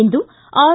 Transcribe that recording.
ಇಂದು R